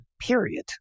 period